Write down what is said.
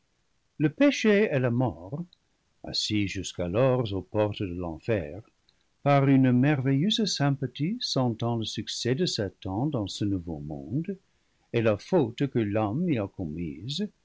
le péché et la mort assis jusqu'alors aux portes de l'enfer par une merveilleuse sympathie sentant le succès de satan dans ce nouveau monde et la faute que l'homme y a commise